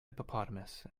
hippopotamus